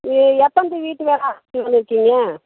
நீங்கள் எப்போங்க வீட்டு வேலை ஆரம்பிக்கிலாம்ன்னு இருக்கீங்க